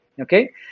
okay